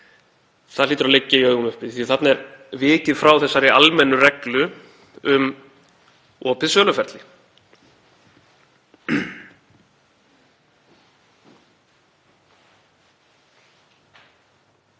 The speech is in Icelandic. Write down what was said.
það hlýtur að liggja í augum uppi, því að þarna er vikið frá þessari almennu reglu um opið söluferli.